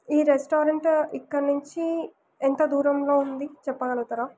ఈ రెస్టారెంట్ ఇక్కడ నుంచి ఎంత దూరంలో ఉంది చెప్పగలుగుతారా